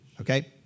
Okay